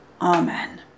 Amen